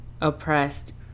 oppressed